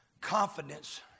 Confidence